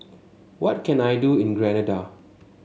what can I do in Grenada